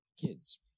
Kids